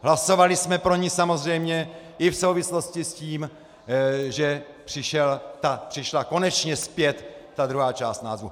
Hlasovali jsme pro ni samozřejmě i v souvislosti s tím, že přišla konečně zpět ta druhá část názvu.